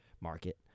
market